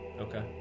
Okay